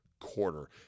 quarter